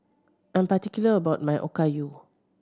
I'm particular about my Okayu